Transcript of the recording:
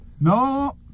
No